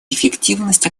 эффективность